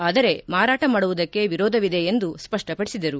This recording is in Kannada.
ಆದರೆ ಮಾರಾಟ ಮಾಡುವುದಕ್ಕೆ ವಿರೋಧವಿದೆ ಎಂದು ಸ್ಪಷ್ಟಪಡಿಸಿದರು